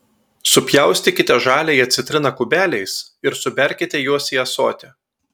supjaustykite žaliąją citriną kubeliais ir suberkite juos į ąsotį